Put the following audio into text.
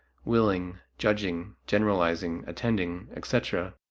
willing, judging, generalizing, attending, etc,